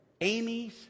Amy's